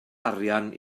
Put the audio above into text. arian